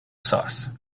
sauce